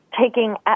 taking –